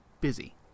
busy